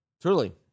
Truly